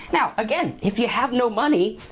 now, again, if you have no money,